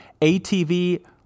ATV